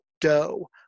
dough